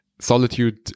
solitude